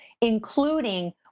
including